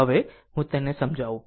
હવે હું તેને સમજાવું